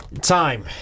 time